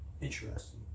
interesting